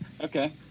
Okay